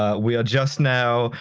ah we are just now,